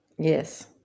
Yes